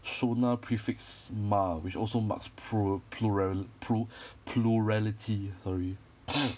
shona prefix ma which also marks prural~ plural pru~ plurality sorry